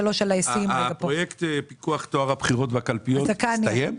--- פרויקט פיקוח טוהר הבחירות והקלפיות הסתיים?